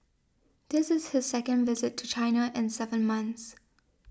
this is his second visit to China in seven months